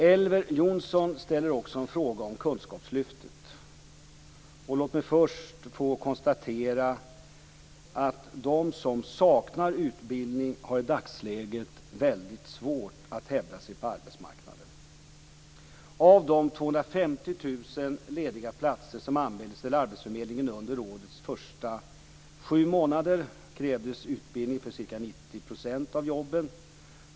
Elver Jonsson ställer också en fråga om kunskapslyftet. Låt mig först få konstatera att de som saknar utbildning i dagsläget har väldigt svårt att hävda sig på arbetsmarknaden. Av de 250 000 lediga platser som anmäldes till arbetsförmedlingarna under årets första sju månader krävdes utbildning för ca 90 % av jobben.